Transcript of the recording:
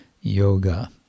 yoga